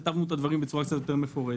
כתבנו את הדברים בצורה יותר מפורטת.